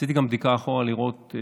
עשיתי גם בדיקה אחורה לראות,